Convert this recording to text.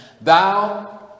thou